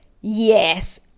yes